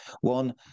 one